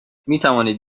میتوانید